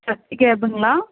சக்தி கேபுங்களா